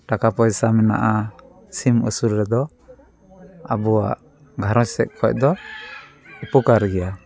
ᱴᱟᱠᱟ ᱯᱚᱭᱥᱟ ᱢᱮᱱᱟᱜᱼᱟ ᱥᱤᱢ ᱟᱹᱥᱩᱞ ᱨᱮᱫᱚ ᱟᱵᱚᱣᱟᱜ ᱜᱷᱟᱨᱚᱸᱡᱽ ᱥᱮᱫ ᱠᱷᱚᱱ ᱫᱚ ᱩᱯᱚᱠᱟᱨ ᱜᱮᱭᱟ